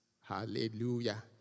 hallelujah